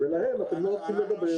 ולהם אתם לא נותנים לדבר.